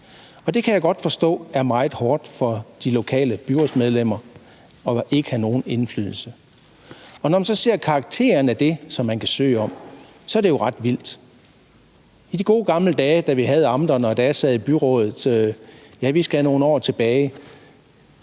Jeg kan godt forstå, at det er meget hårdt for de lokale byrådsmedlemmer ikke at have nogen indflydelse. Når man så ser på karakteren af det, der kan søges om, er det jo ret vildt. I de gode gamle dage, da vi havde amterne, og da jeg sad i byråd – ja, vi skal nogle år tilbage